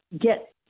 get